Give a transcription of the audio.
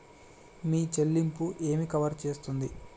మీ చెల్లింపు ఏమి కవర్ చేస్తుంది?